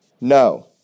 No